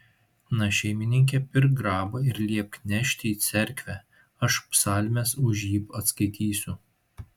na šeimininke pirk grabą ir liepk nešti į cerkvę aš psalmes už jį atskaitysiu